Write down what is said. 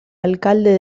alcalde